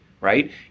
right